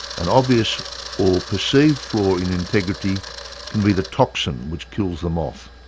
an obvious or perceived flaw in integrity can be the toxin which kills them off.